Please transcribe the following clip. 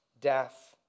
death